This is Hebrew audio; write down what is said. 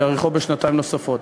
יאריכו בשנתיים נוספות.